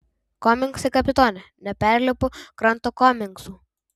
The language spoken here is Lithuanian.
komingsai kapitone neperlipu kranto komingsų